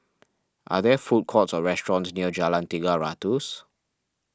are there food courts or restaurants near Jalan Tiga Ratus